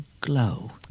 glow